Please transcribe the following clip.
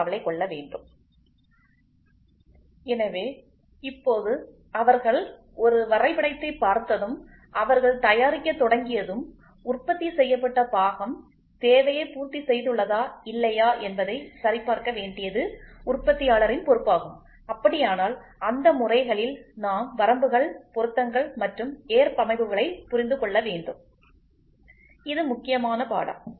கவலை கொள்ள வேண்டும் எனவே இப்போது அவர்கள் ஒரு வரைபடத்தைப் பார்த்ததும் அவர்கள் தயாரிக்கத் தொடங்கியதும் உற்பத்தி செய்யப்பட்ட பாகம் தேவையை பூர்த்தி செய்துள்ளதா இல்லையா என்பதை சரிபார்க்க வேண்டியது உற்பத்தியாளரின் பொறுப்பாகும் அப்படியானால் அந்த முறைகளில் நாம் வரம்புகள் பொருத்தங்கள் மற்றும் ஏற்பமைவுகளை புரிந்து கொள்ள வேண்டும் இது மிக முக்கியமான பாடம்